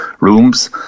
rooms